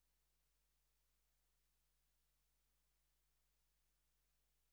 אין נמנעים,